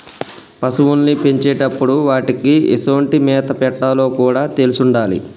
పశువుల్ని పెంచేటప్పుడు వాటికీ ఎసొంటి మేత పెట్టాలో కూడా తెలిసుండాలి